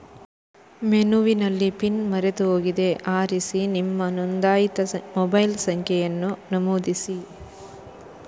ಮೆನುವಿನಲ್ಲಿ ಪಿನ್ ಮರೆತು ಹೋಗಿದೆ ಆರಿಸಿ ನಿಮ್ಮ ನೋಂದಾಯಿತ ಮೊಬೈಲ್ ಸಂಖ್ಯೆಯನ್ನ ನಮೂದಿಸಿ